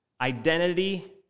identity